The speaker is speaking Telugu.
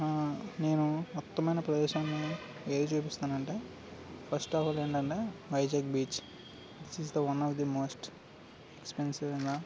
నేను మొత్తమైన ప్రదేశాన్ని ఏది చూపిస్తాను అంటే ఫస్ట్ ఆఫ్ ఆల్ ఏంటంటే Vizag beach is is the one of the most ఎక్స్పెన్సివ్గా